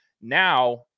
now